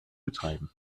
betreiben